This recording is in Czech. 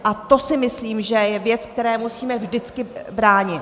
A to si myslím, že je věc, které musíme vždycky bránit.